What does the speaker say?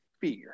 fear